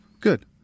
Good